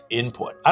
input